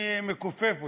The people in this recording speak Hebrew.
אני מכופף אותם.